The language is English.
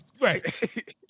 right